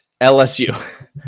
LSU